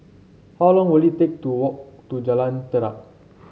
how long will it take to walk to Jalan Jarak